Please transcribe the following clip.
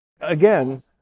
again